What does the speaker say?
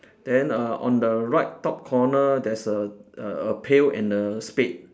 then uh on the right top corner there's a a a pail and a spade